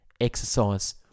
Exercise